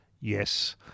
yes